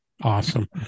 Awesome